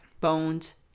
Bones